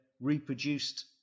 reproduced